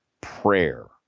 Prayer